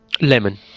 Lemon